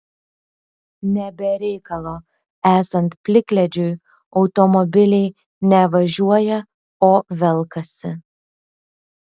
ne be reikalo esant plikledžiui automobiliai ne važiuoja o velkasi